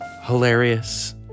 Hilarious